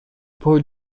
poor